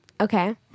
Okay